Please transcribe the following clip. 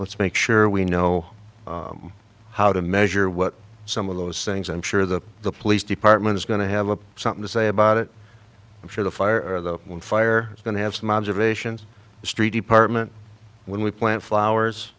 let's make sure we know how to measure what some of those things i'm sure that the police department is going to have a something to say about it i'm sure the fire of the fire is going to have some observations street department when we plant flowers